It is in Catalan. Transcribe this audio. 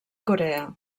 corea